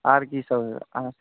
आर की सभ लेबै अहाँ